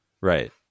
right